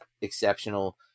exceptional